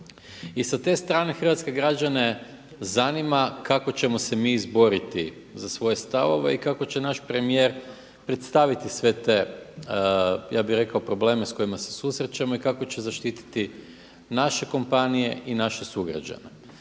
I sa te strane hrvatske građane zanima kako ćemo se mi izboriti za svoje stavove i kako će naš premijer predstaviti sve te probleme s kojima se susrećemo i kako će zaštititi naše kompanije i naše sugrađane.